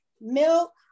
milk